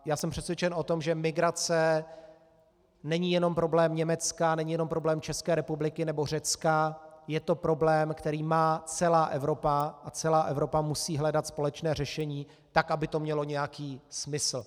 Já jsem přesvědčen o tom, že migrace není jenom problém Německa, není jenom problém České republiky nebo Řecka, je to problém, který má celá Evropa, a celá Evropa musí hledat společné řešení, tak aby to mělo nějaký smysl.